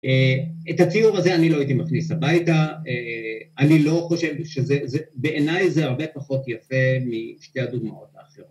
את הציור הזה אני לא הייתי מכניס הביתה, אני לא חושב שזה, בעיניי זה הרבה פחות יפה משתי הדוגמאות האחרות